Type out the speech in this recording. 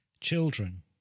Children